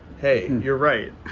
hey, you're right.